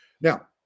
Now